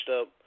up